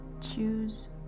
Choose